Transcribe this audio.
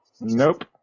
nope